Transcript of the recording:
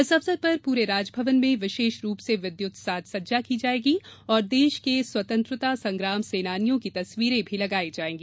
इस अवसर पर पूरे राजभवन में विशेष रूप से विद्युत साज सज्जा की जायेगी और देश के स्वतंत्रता संग्राम सेनानियों की तस्वीरें भी लगाई जायेंगी